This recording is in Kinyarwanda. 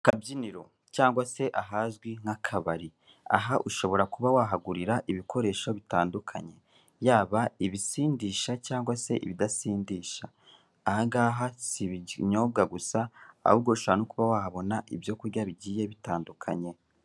Akabyiniro cyangwa se ahazi nk'akabari. Aha ushobora kuba wahagurira ibikoresho bitandukanye, yaba ibisindisha cyangwa se ibidasindisha ahangaha si ibinyobwa ahubwo ushobora no kuba wahabona ibyo kurya bigiye bitandukanye.